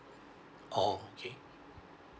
oh okay